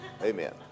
Amen